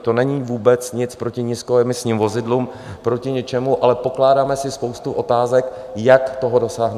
To není vůbec nic proti nízkoemisním vozidlům, proti ničemu, ale pokládáme si spoustu otázek, jak toho dosáhneme.